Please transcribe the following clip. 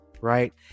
right